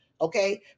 Okay